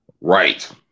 Right